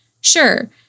sure